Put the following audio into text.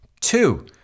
Two